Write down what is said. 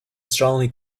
strongly